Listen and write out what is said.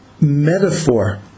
metaphor